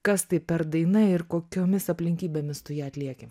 kas tai per daina ir kokiomis aplinkybėmis tu ją atlieki